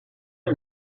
est